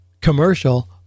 commercial